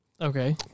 Okay